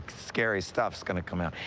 scary stuff's gonna come out.